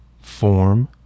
Form